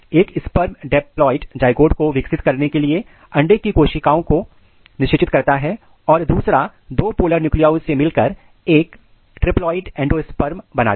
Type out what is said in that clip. एक sperm diploid zygote को विकसित करने के लिए अंडे की कोशिका को निषेचित करता है और दूसरा दो पोलर न्यूक्लिआई से मिलकर एक ट्रिपलोइड एंडोस्पर्म बनाते हैं